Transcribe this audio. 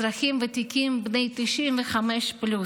אזרחים ותיקים בני 95 פלוס,